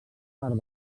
part